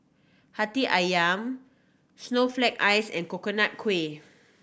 Hati Ayam snowflake ice and Coconut Kuih